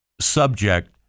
subject